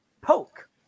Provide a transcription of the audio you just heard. poke